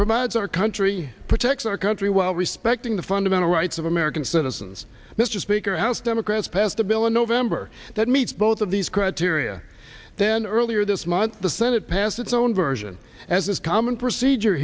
provides our country protects our country while respecting the fundamental rights of american citizens mr speaker house democrats passed a bill in november that meets both of these criteria then earlier this month the senate passed its own version as is common procedure